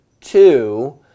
two